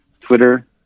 Twitter